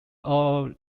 all